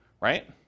right